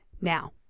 now